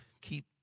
keep